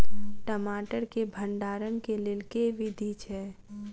टमाटर केँ भण्डारण केँ लेल केँ विधि छैय?